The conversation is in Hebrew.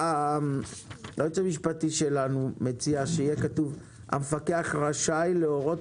היועץ המשפטי שלנו מציע שיהיה כתוב שהמפקח רשאי להורות